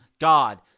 God